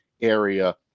area